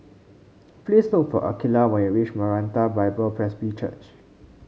please look for Akeelah when you reach Maranatha Bible Presby Church